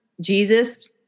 Jesus